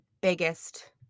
biggest